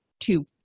two